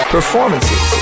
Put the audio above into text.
Performances